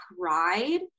cried